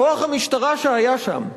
כוח המשטרה שהיה שם,